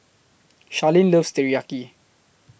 Charlene loves Teriyaki